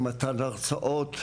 במתן הרצאות,